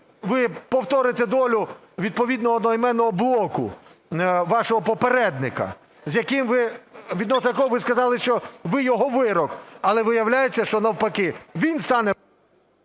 ви повторите долю відповідного однойменного блоку вашого попередника, відносно якого ви сказали, що ви його вирок, але виявляється, що навпаки, він стане…